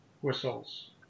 whistles